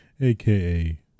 aka